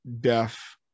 deaf